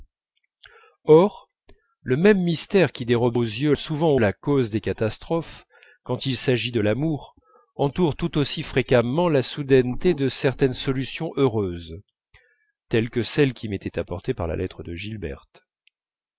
or le même mystère qui dérobe aux yeux souvent la cause des catastrophes quand il s'agit de l'amour entoure tout aussi fréquemment la soudaineté de certaines solutions heureuses